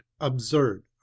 absurd